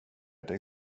dig